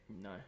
No